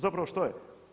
Zapravo što je?